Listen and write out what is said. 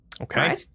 Okay